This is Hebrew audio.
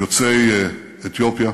יוצאי אתיופיה